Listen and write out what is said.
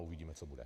Uvidíme, co bude.